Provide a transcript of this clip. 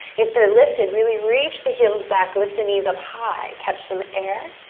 if they're lifted, really reach the heels back, lift the knees up high, catch some air.